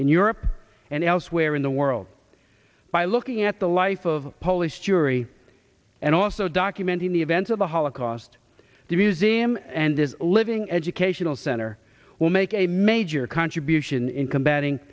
in europe and elsewhere in the world by looking at the life of a polish jury and also documenting the events of the holocaust museum and this living educational center will make a major contribution in combating